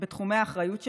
בתחומי האחריות שלהן,